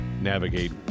navigate